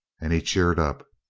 and he cheered up.